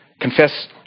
confess